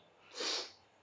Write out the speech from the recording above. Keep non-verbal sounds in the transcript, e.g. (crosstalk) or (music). (noise)